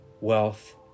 wealth